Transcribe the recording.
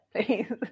please